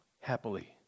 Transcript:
happily